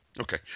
Okay